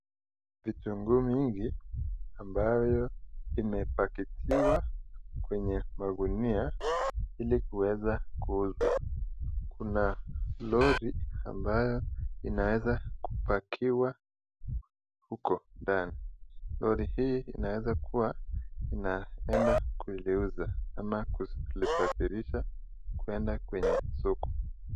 Vitunguu mingi ambayo vimepakitiwa kwenye magunia ili kuweza kuuzwa, kuna lorry ambayo inaweza kupakiwa uko ndani . Lorry hii inaweza kuwa inaenda kuziuza ama kuzisafirisha kwenda kwenye soko.